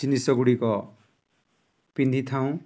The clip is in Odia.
ଜିନିଷଗୁଡ଼ିକ ପିନ୍ଧିଥାଉ